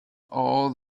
all